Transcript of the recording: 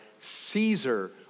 Caesar